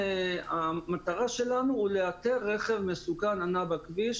המטרה שלנו היא לאתר רכב מסוכן הנע בכביש,